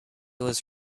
was